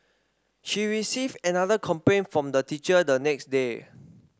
she received another complaint from the teacher the next day